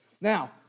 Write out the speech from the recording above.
Now